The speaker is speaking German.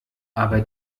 aber